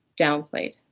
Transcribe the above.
downplayed